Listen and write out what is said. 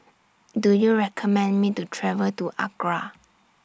Do YOU recommend Me to travel to Accra